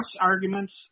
arguments